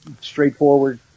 straightforward